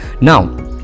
Now